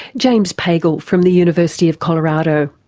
james pagel from the university of colorado.